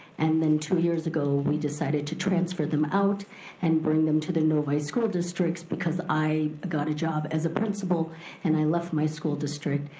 and then two years ago we decided to transfer them out and bring them to the novi school districts because i got a job as a principal and i left my school district,